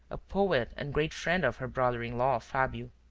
a poet and great friend of her brother-in-law, fabio.